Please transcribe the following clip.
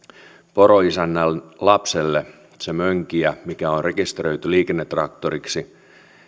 poroisännän lapselle se mönkijä mikä on rekisteröity liikennetraktoriksi